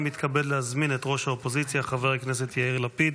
אני מתכבד להזמין את ראש האופוזיציה חבר הכנסת יאיר לפיד